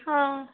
ହଁ